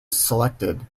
selected